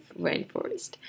rainforest